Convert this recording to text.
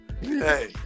Hey